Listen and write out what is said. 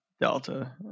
Delta